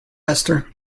esther